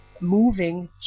moving